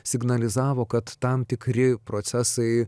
signalizavo kad tam tikri procesai